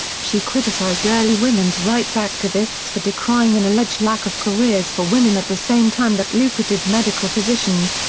she criticised early women's rights activists for decrying an alleged lack of careers for women at the same time that lucrative medical positions,